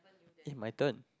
in my turn